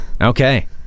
Okay